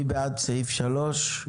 מי בעד סעיף 3?